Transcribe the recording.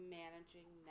managing